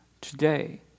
today